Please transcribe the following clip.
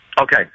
Okay